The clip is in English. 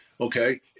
okay